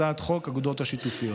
הצעת חוק האגודות השיתופיות.